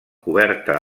coberta